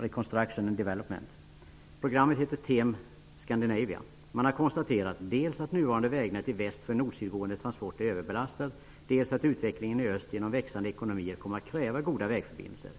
Reconstruction and Development. Programmet heter Tem Scandinavia. Man har konstaterat dels att nuvarande vägnät i väst för nord--sydgående transporter är överbelastat, dels att utvecklingen i öst med växande ekonomier kommer att kräva goda vägförbindelser.